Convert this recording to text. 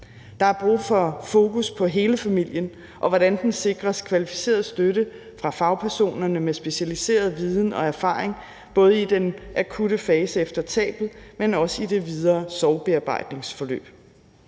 Der er brug for fokus på hele familien, og hvordan den sikres kvalificeret støtte fra fagpersoner med specialiseret viden og erfaring, både i den akutte fase efter tabet, men også i det videre sorgbearbejdningsforløb.